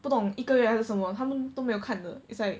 不懂一个月还是什么他们都没有看的 it's like